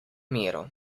miru